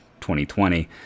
2020